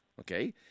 okay